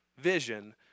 vision